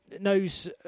knows